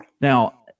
Now